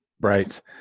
Right